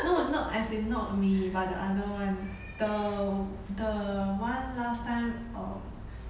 no not as in not me but the other one the the one last time um